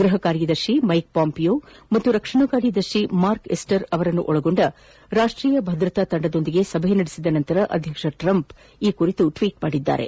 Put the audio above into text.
ಗ್ಬಹ ಕಾರ್ಯದರ್ಶಿ Mike Pompeo ಹಾಗೂ ರಕ್ಷಣಾ ಕಾರ್ಯದರ್ಶಿ ಮಾರ್ಕ್ ಎಸ್ಸರ್ ಅವರನ್ನೊಳಗೊಂಡ ರಾಷ್ಟೀಯ ಭದ್ರತಾ ತಂಡದೊಂದಿಗೆ ಸಭೆ ನಡೆಸಿದ ನಂತರ ಅಧ್ಯಕ್ಷ ಟ್ರಂಪ್ ಈ ಟ್ಲೀಟ್ ಮಾಡಿದ್ದಾರೆ